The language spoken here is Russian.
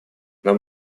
нам